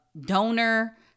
donor